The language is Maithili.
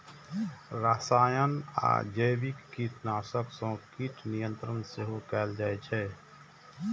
रसायन आ जैविक कीटनाशक सं कीट नियंत्रण सेहो कैल जाइ छै